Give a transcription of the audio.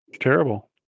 terrible